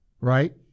Right